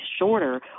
shorter